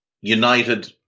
United